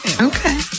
Okay